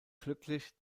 glücklich